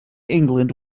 england